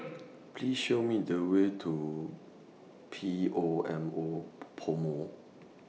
Please Show Me The Way to P O M O Pomo